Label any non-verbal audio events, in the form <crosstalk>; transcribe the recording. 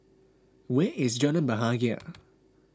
where is Jalan Bahagia <noise>